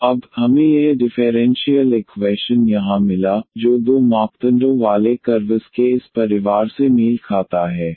तो अब हमें यह डिफेरेंशीयल इक्वैशन यहां मिला जो दो मापदंडों वाले कर्वस के इस परिवार से मेल खाता है